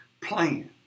plan